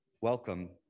welcome